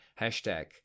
hashtag